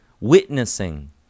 witnessing